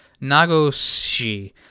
Nagoshi